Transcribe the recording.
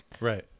Right